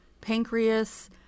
pancreas